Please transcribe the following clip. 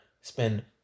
spend